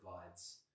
provides